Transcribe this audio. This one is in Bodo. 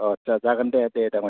अ आस्सा जागोन दे दे दाङ'रिया